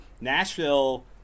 nashville